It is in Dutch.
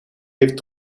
heeft